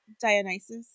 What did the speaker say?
Dionysus